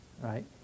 Right